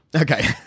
Okay